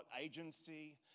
agency